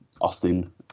Austin